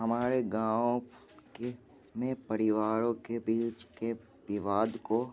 हमारे गाँव के में परिवारों के बीच के विवाद को